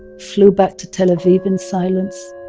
flew back to tel aviv in silence.